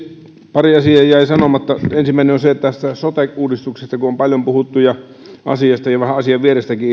pari asiaa jäi sanomatta ensimmäinen on tästä sote uudistuksesta kun on paljon puhuttu asiasta ja ilmeisesti vähän asian vierestäkin